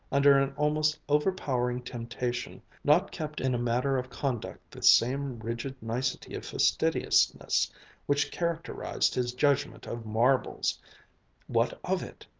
under an almost overpowering temptation, not kept in a matter of conduct the same rigid nicety of fastidiousness which characterized his judgment of marbles what of it?